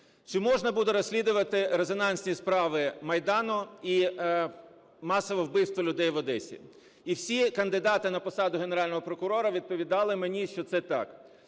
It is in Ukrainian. чи можна буде розслідувати резонансні справи Майдану і масове вбивство людей в Одесі? І всі кандидати на посаду Генерального прокурора відповідали мені, що це так.